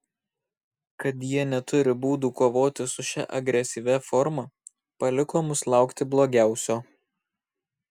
kad jie neturi būdų kovoti su šia agresyvia forma paliko mus laukti blogiausio